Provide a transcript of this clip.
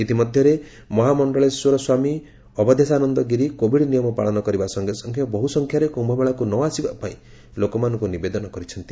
ଇତିମଧ୍ୟରେ ମହାମଣ୍ଡଳେଶ୍ୱର ସ୍ୱାମୀ ଅବଧେଷାନନ୍ଦ ଗିରି କୋଭିଡ ନିୟମ ପାଳନ କରିବା ସଙ୍ଗେ ସଙ୍ଗେ ବହୁସଂଖ୍ୟାରେ କ୍ୟୁମେଳାକୁ ନଆସିବା ପାଇଁ ଲୋକମାନଙ୍କୁ ନିବେଦନ କରିଛନ୍ତି